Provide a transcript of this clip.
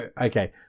okay